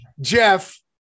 Jeff